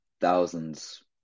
thousands